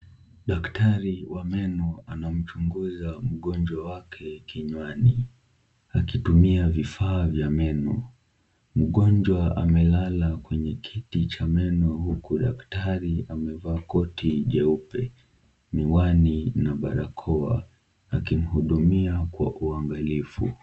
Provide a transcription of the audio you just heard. Daktari wa meno anamchunguza mgonjwa wake kinywani akitumia vifaa vya meno, mgonjwa amelala kwenye kiti cha meno huku daktari amevaa koti jeupe, miwani na barakoa akimhudumia kwa uangalifu.